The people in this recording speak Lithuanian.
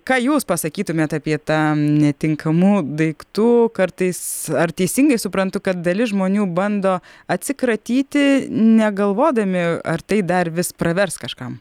ką jūs pasakytumėt apie tą netinkamų daiktų kartais ar teisingai suprantu kad dalis žmonių bando atsikratyti negalvodami ar tai dar vis pravers kažkam